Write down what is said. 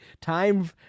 time